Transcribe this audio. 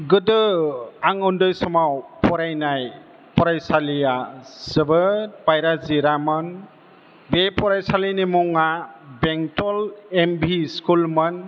गोदो आं उन्दै समाव फरायनाय फरायसालिया जोबोद बायरा जिरामोन बे फरायसालिनि मुङा बेंटल एम भि स्कुल मोन